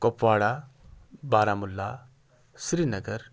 کوپواڑہ Baramulla Sri Nagar